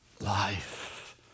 life